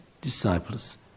disciples